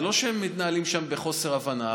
זה לא שמתנהלים שם בחוסר הבנה,